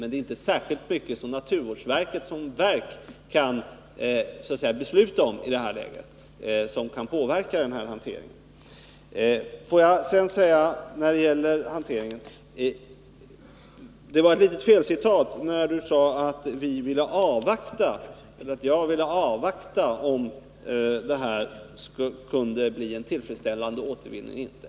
Men det är inte särskilt mycket som naturvårdsverket som ämbetsverk i detta läge kan besluta om som kan påverka denna hantering. När det gäller hanteringen gjorde sig Hans Alsén skyldig till ett litet felcitat. Han sade att jag ville avvakta om det kunde bli en tillfredsställande återvinning eller inte.